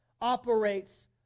Operates